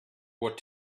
what